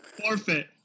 Forfeit